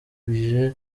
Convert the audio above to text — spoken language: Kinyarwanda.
agira